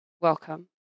welcome